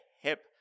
hip